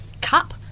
cup